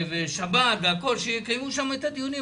בשבת והכל שיקימו שם את הדיונים,